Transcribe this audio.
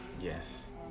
yes